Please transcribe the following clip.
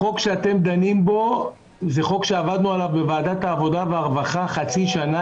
החוק שאתם דנים בו זה חוק שעבדנו עליו בוועדת העבודה והרווחה חצי שנה,